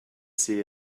see